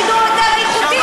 שידור יותר איכותי,